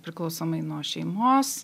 priklausomai nuo šeimos